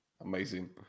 Amazing